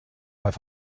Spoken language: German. falle